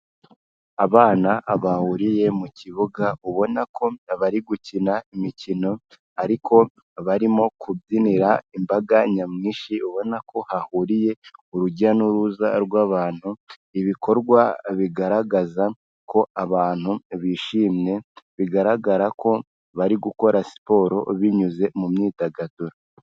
Abana bahuriye mu kibuga, ubona ko bari gukina imikino, ariko barimo kubyinira imbaga nyamwinshi, ubona ko hahuriye urujya n'uruza rw'abantu, ibikorwa bigaragaza ko abantu bishimye, bigaragara ko bari gukora siporo binyuze mu myidagaduro.